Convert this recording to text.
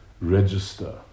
register